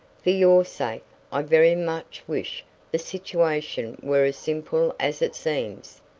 for your sake i very much wish the situation were as simple as it seems.